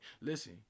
listen